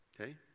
Okay